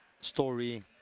story